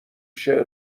شعر